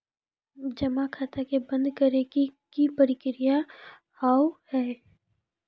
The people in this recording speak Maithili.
जमा खाता के बंद करे के की प्रक्रिया हाव हाय?